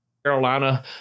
Carolina